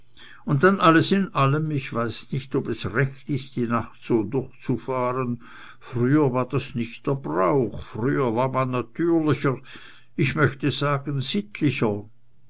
und dann alles in allem ich weiß nicht ob es recht ist die nacht so durchzufahren früher war das nicht brauch früher war man natürlicher ich möchte sagen sittlicher